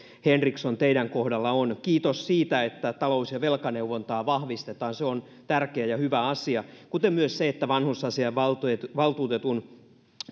henriksson teidän kohdalla on kiitos siitä että talous ja velkaneuvontaa vahvistetaan se on tärkeä ja hyvä asia kuten myös se että vanhusasiainvaltuutetun